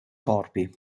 corpi